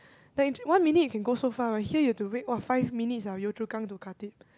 like in one minute it can go so far but here you have to wait !wah! five minutes ah Yio-Chu-Kang to Khatib